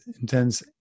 intense